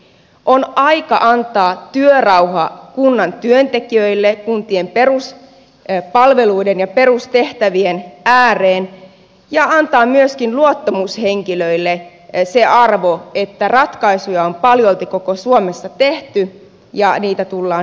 on aika antaa työrauha kunnan työntekijöille kuntien peruspalveluiden ja perustehtävien ääreen ja antaa myöskin luottamushenkilöille se arvo että ratkaisuja on paljolti koko suomessa tehty ja niitä tullaan myöskin tekemään